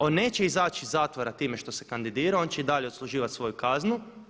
On neće izaći iz zatvora time što se kandidirao on će i dalje odsluživati svoju kaznu.